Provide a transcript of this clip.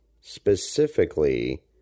specifically